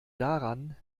daran